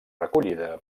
recollida